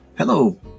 Hello